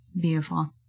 Beautiful